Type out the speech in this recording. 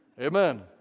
Amen